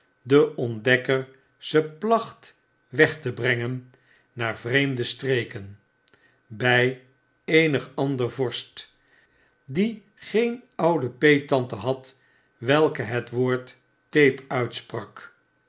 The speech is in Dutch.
deontdekker ze placht weg te brengen naar vreemde streken by eenig ander vorst die geen oude peettante had welke het woord tape uitsprak